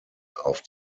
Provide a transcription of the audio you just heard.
auf